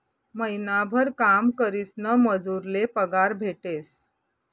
महिनाभर काम करीसन मजूर ले पगार भेटेस